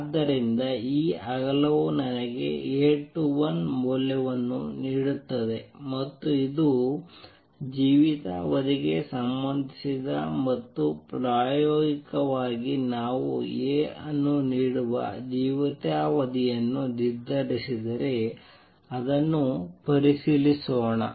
ಆದ್ದರಿಂದ ಈ ಅಗಲವು ನನಗೆ A21 ಮೌಲ್ಯವನ್ನು ನೀಡುತ್ತದೆ ಮತ್ತು ಇದು ಜೀವಿತಾವಧಿಗೆ ಸಂಬಂಧಿಸಿದೆ ಮತ್ತು ಪ್ರಾಯೋಗಿಕವಾಗಿ ನಾವು A ಅನ್ನು ನೀಡುವ ಜೀವಿತಾವಧಿಯನ್ನು ನಿರ್ಧರಿಸಿದರೆ ಅದನ್ನು ಪರಿಶೀಲಿಸೋಣ